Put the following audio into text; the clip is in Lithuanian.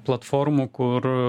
platformų kur